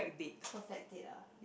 perfect date ah